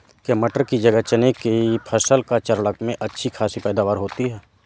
क्या मटर की जगह चने की फसल चक्रण में अच्छी खासी पैदावार होती है?